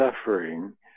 suffering